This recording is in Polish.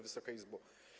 Wysoka Izbo!